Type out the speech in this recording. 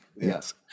Yes